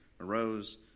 arose